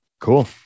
cool